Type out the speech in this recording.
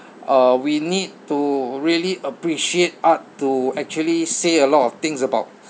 uh we need to really appreciate art to actually say a lot of things about